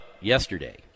yesterday